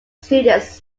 students